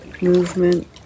movement